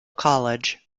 college